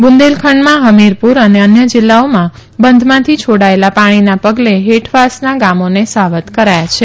બુંદેલખંડમાં હમીરપુર અને અન્ય જીલ્લાઓમાં બંધમાંથી છોડાયેલા પાણીના પગલે હેઠળવાસનાં ગામોને સાવધ કરાયા છે